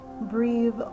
breathe